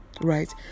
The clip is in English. right